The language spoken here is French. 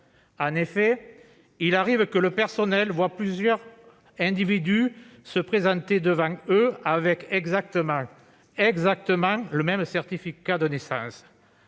En effet, il arrive que le personnel voie plusieurs individus se présenter devant eux avec exactement le même certificat de naissance.